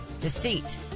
deceit